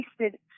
tasted